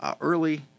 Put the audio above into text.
early